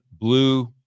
blue